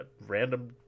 random